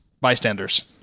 bystanders